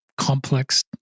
complex